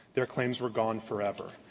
their claims were gone forever.